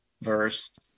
verse